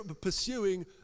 pursuing